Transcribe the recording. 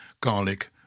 garlic